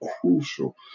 crucial